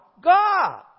God